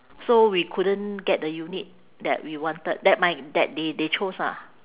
so we couldn't get the unit that we wanted that my that they they chose ah